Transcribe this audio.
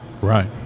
Right